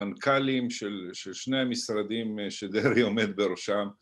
‫מנכ"לים של... של שני המשרדים ‫שדרעי עומד בראשם.